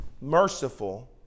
merciful